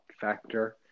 factor